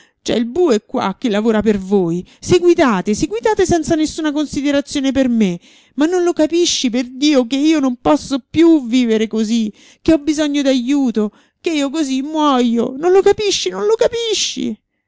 c'è il bue qua che lavora per voi seguitate seguitate senza nessuna considerazione per me ma non lo capisci perdio che io non posso più vivere così che ho bisogno d'ajuto che io così muojo non lo capisci non lo capisci